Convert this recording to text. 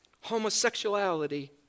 Homosexuality